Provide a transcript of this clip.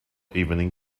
evening